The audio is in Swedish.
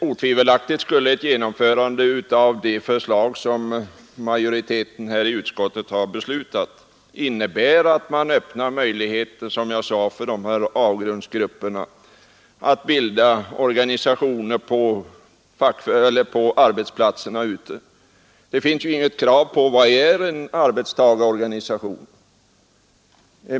Otvivelaktigt skulle ett genomförande av det förslag som majoriteten i utskottet förordat innebära att man öppnar möjligheter, som jag sade, för de här avgrundsgrupperna att bilda organisationer ute på ärbetsplatserna. Det finns ju inga krav när det gäller vad som menas med en arbetstagarorganisation.